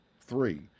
three